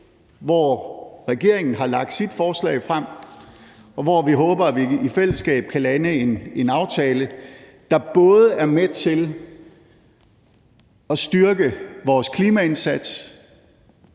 hvor regeringen har lagt sit forslag frem, og hvor vi håber, at vi i fællesskab kan lande en aftale, der både er med til at styrke vores klimaindsats,